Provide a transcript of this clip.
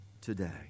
today